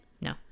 No